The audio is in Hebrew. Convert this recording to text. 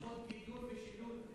לפחות גידור ושילוט,